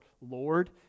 Lord